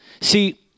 See